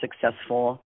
successful